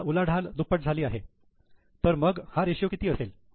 आता उलाढाल दुप्पट झाली आहे तर मग हा रेषीयो किती असेल